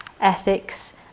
ethics